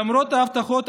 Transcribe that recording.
למרות ההבטחות,